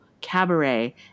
cabaret